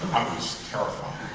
was terrified.